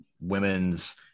women's